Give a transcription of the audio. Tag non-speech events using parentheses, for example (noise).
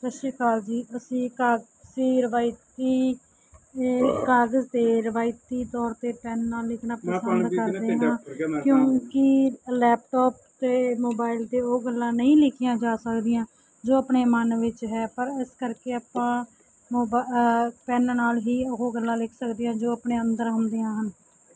ਸਤਿ ਸ਼੍ਰੀ ਅਕਾਲ ਜੀ ਅਸੀਂ ਕਾ ਅਸੀਂ ਰਿਵਾਈਤੀ (unintelligible) ਕਾਗਜ਼ 'ਤੇ ਰਿਵਾਇਤੀ ਤੌਰ 'ਤੇ ਪੈਨ ਨਾਲ ਲਿਖਣਾ ਪਸੰਦ ਕਰਦੇ ਹਾਂ ਕਿਉਂਕਿ ਲੈਪਟੋਪ 'ਤੇ ਮੋਬਾਈਲ 'ਤੇ ਉਹ ਗੱਲਾਂ ਨਹੀਂ ਲਿਖੀਆਂ ਜਾ ਸਕਦੀਆਂ ਜੋ ਆਪਣੇ ਮਨ ਵਿੱਚ ਹੈ ਪਰ ਇਸ ਕਰਕੇ ਆਪਾਂ ਮੋਬ ਪੈਨ ਨਾਲ ਹੀ ਉਹ ਗੱਲਾਂ ਲਿਖ ਸਕਦੇ ਹਾਂ ਜੋ ਆਪਣੇ ਅੰਦਰ ਹੁੰਦੀਆਂ ਹਨ